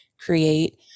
create